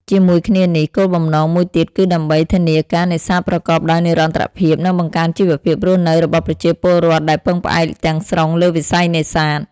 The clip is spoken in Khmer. ជាមួយគ្នានេះ គោលបំណងមួយទៀតគឺដើម្បី ធានាការនេសាទប្រកបដោយនិរន្តរភាព និងបង្កើនជីវភាពរស់នៅរបស់ប្រជាពលរដ្ឋដែលពឹងផ្អែកទាំងស្រុងលើវិស័យនេសាទ។